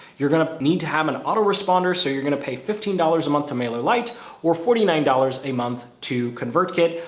you're going to need to have an auto responder. so you're going to pay fifteen dollars a month to mailerlite or forty nine dollars a month to convertkit.